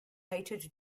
hated